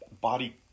body